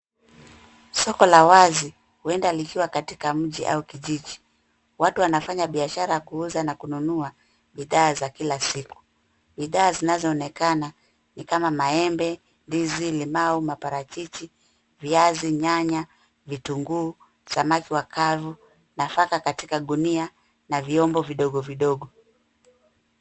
Soko la wazi uenda likiwa katika mji au kijiji. Watu wanafanya biashara ya kuuza na kununua bidhaa za kila siku. Bidhaa zinaoonekana ni kama maembe, ndizi, limau, maparachichi, viazi, nyanya, vitunguu, samaki wa kavu, nafaka katika gunia na vyombo vidogo vidogo.